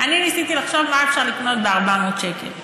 אני ניסיתי לחשוב מה אפשר לקנות ב-400 שקל.